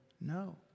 No